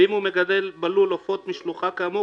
ואם הוא מגדל בלול עופות משלוחה כאמור